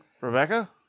Rebecca